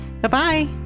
Bye-bye